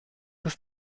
ist